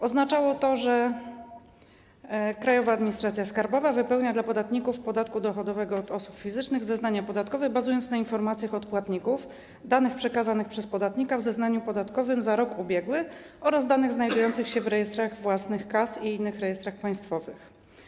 Oznaczało to, że Krajowa Administracja Skarbowa wypełnia dla podatników podatku dochodowego od osób fizycznych zeznanie podatkowe, bazując na informacjach od płatników, danych przekazanych przez podatnika w zeznaniu podatkowym za rok ubiegły oraz danych znajdujących się w rejestrach własnych KAS i innych rejestrach państwowych.